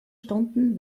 stunden